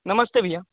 नमस्ते भैया